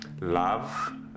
love